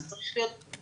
זה צריך להיות במקביל,